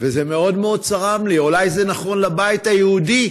וזה מאוד מאוד צרם לי, אולי זה נכון לבית היהודי: